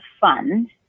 fund